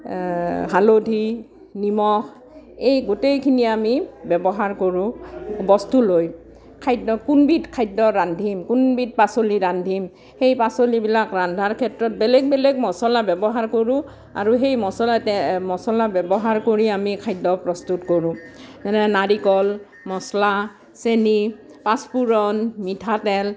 হালধি নিমখ এই গোটেইখিনি আমি ব্যৱহাৰ কৰোঁ বস্তুলৈ খাদ্য কোনবিধ খাদ্য ৰান্ধিম কোনবিধ পাচলি ৰান্ধিম সেই পাচলিবিলাক ৰান্ধাৰ ক্ষেত্ৰত বেলেগ বেলেগ মচলা ব্যৱহাৰ কৰোঁ আৰু সেই মচলা তে মচলা ব্যৱহাৰ কৰি আমি খাদ্য প্ৰস্তুত কৰোঁ যেনে নাৰিকল মচলা চেনি পাঁচফোৰণ মিঠাতেল